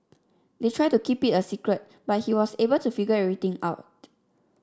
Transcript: they tried to keep it a secret but he was able to figure everything out